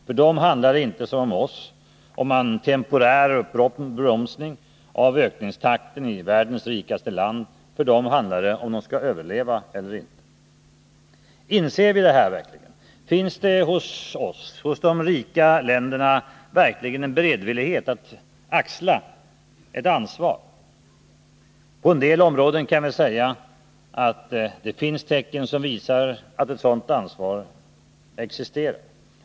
För dem handlar det inte som för oss om en temporär uppbromsning av ökningstakten i världens rikaste land. För dem handlar det om att överleva eller inte. Inser vi verkligen detta? Finns det hos de rika länderna en beredvillighet att axla ett ansvar? På en del områden finns det tecken som visar att ett sådant ansvar existerar.